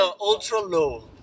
Ultra-low